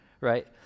right